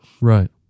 Right